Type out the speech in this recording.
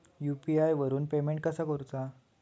UPI वरून payment कसा करूचा?